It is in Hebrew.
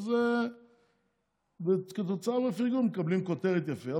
אז כתוצאה מהפרגון מקבלים כותרת יפה,